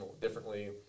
differently